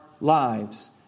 lives